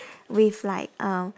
with like um